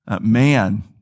man